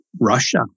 Russia